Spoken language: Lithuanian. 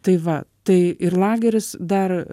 tai va tai ir lageris dar